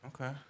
Okay